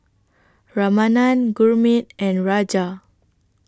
Ramanand Gurmeet and Raja